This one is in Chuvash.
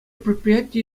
предприяти